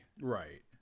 Right